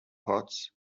pots